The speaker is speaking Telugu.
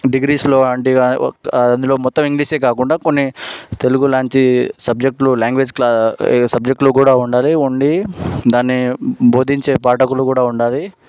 డిగ్రీస్లో అలాంటివి గా అందులో మొత్తం ఇంగ్లీషే కాకుండా కొన్ని తెలుగు లాంటి సబ్జెక్టులు లాంగ్వేజ్ లా సబ్జెక్టులు కూడా ఉండాలి ఉండి దాన్ని బోధించే పాఠకులు కూడా ఉండాలి